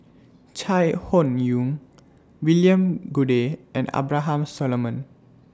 Chai Hon Yoong William Goode and Abraham Solomon